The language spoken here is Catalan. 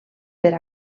per